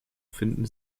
finden